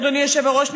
אדוני היושב-ראש,